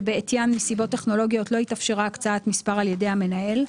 שבעטיין מסיבות טכנולוגיות לא התאפשרה הקצאת מספר על ידי המנהל,